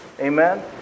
Amen